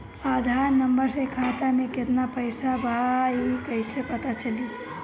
आधार number से खाता में केतना पईसा बा ई क्ईसे पता चलि?